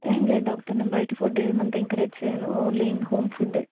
ఏమి లేదు డాక్టర్ నేను బయట ఫుడ్ ఏమి అంత ఎంకరేజ్ చేయను ఓన్లీ ఇన్ హోమ్ ఫుడ్